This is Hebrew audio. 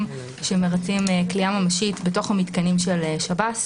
שמרצים כליאה ממשית בתוך המתקנים של השב"ס.